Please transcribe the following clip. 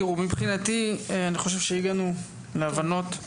תראו, מבחינתי, אני חושב שהגענו להבנות.